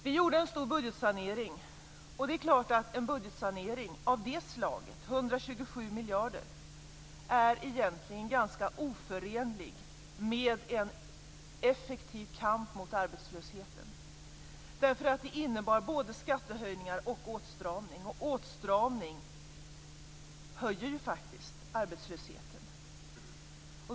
Vi gjorde en stor budgetsanering, och det är klart att en budgetsanering av det slaget - 127 miljarder - egentligen är ganska oförenlig med en effektiv kamp mot arbetslösheten. Det innebar nämligen både skattehöjningar och åtstramning. Och åtstramning höjer ju faktiskt arbetslösheten.